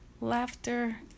laughter